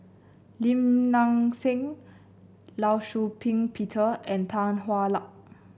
Lim Nang Seng Law Shau Ping Peter and Tan Hwa Luck